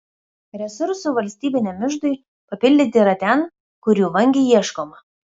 resursų valstybiniam iždui papildyti yra ten kur jų vangiai ieškoma